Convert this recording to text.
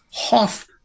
half